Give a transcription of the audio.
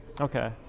Okay